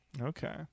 okay